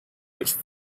which